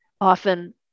often